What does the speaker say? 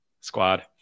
squad